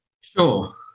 Sure